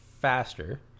faster